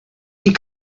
die